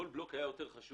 כל בלוק היה חשוב.